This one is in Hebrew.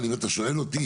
אבל אם אתה שואל אותי